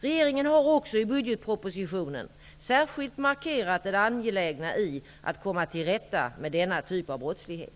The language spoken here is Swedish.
Regeringen har också i budgetpropositionen särskilt markerat det angelägna i att komma till rätta med denna typ av brottslighet.